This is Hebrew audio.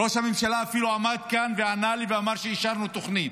ראש הממשלה אפילו עמד כאן וענה לי ואמר שאישרנו תוכנית.